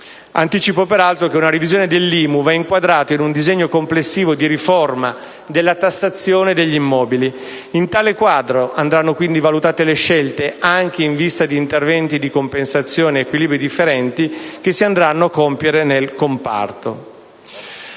Anticipo peraltro che una revisione dell'IMU va inquadrata in un disegno complessivo di riforma della tassazione sugli immobili: in tale quadro andranno quindi valutate le scelte - anche in vista di interventi di compensazione e per equilibri differenti - che si andranno a compiere sul comparto.